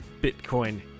Bitcoin